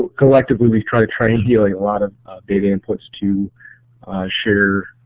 collectively we've tried to train dealing a lot of data inputs to share,